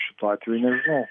šituo atveju nežinau